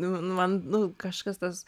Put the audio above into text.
nu nu man nu kažkas tas